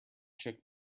shook